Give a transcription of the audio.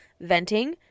venting